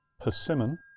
persimmon